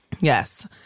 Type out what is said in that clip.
Yes